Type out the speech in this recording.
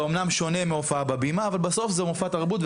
זה אמנם שונה מהופעה ב"הבימה" אבל בסוף זה מופע תרבות,